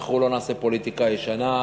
אנחנו לא נעשה פוליטיקה ישנה,